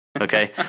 Okay